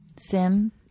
Sim